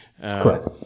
Correct